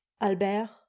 ALBERT